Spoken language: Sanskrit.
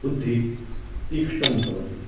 बुद्धिः तीक्ष्णं भवति